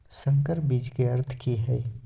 संकर बीज के अर्थ की हैय?